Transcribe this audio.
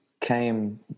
came